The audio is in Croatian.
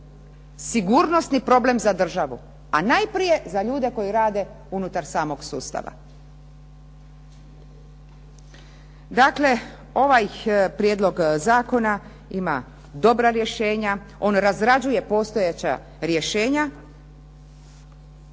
sigurnosni problem za državu, a najprije za ljude koji rade unutar samog sustava. Dakle, ovaj prijedlog zakona ima dobra rješenja, on razrađuje postojeća rješenja,